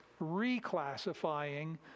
reclassifying